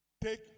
Take